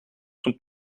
sont